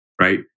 Right